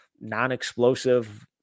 non-explosive